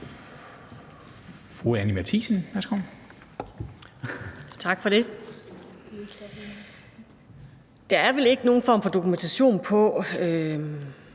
Der er vel ikke nogen form for dokumentation